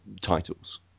titles